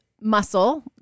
muscle